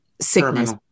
sickness